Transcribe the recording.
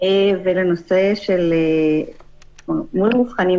ולנושא של מבחנים,